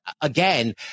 again